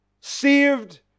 Saved